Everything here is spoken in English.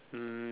um